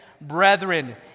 Brethren